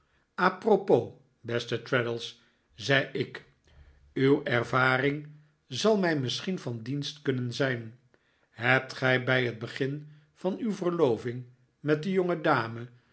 a propos beste traddles zei ik uw ervaring zal mij misschien van dienst kunnen zijn hebt ge bij het begin van uw verloving met de